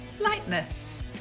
lightness